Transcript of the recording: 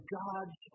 gods